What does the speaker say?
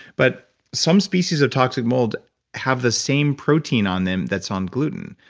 but some species of toxic mold have the same protein on them that's on gluten.